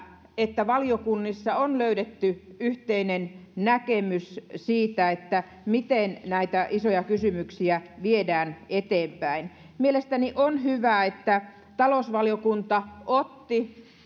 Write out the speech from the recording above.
että valiokunnissa on löydetty yhteinen näkemys siitä miten näitä isoja kysymyksiä viedään eteenpäin mielestäni on hyvä että talousvaliokunta otti